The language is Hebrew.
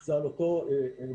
זה על אותו מודל.